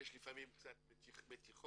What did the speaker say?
יש לפעמים קצת מתיחות,